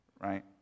right